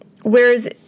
Whereas